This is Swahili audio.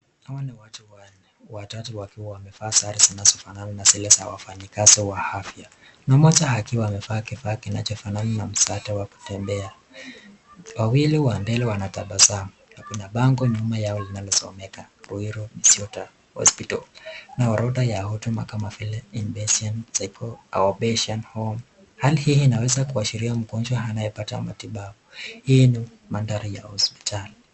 Hawa ni watu wanne, watatu wakiwa wamevaa sare zinazofanana na zile za wafanyakazi wa afya, na mmoja akiwa amevaa kifaa kinachofanana na msaada wa kutembea. Wawili wa mbele wanatabasamu, na kuna bango nyuma yao linalosomeka Ruiru Misiota Hospital, na orodha ya huduma kama vile impatient- the go, outpatient- home . Hali hii inaweza kuashiria mgonjwa anayepata matibabu. Hii ni mandhari ya hospitali.